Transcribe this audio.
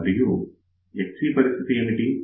మరి Xe పరిస్థితి ఏమిటి